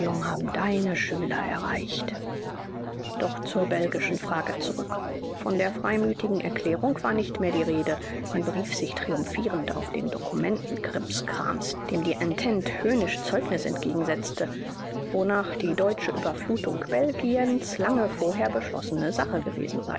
haben deine schüler erreicht doch zur belgischen frage zurück von der freimütigen erklärung war nicht mehr die rede man berief sich triumphierend auf den dokumentenkrimskrams dem die entente höhnisch zeugnisse entgegensetzte wonach die deutsche überflutung belgiens lange vorher beschlossene sache gewesen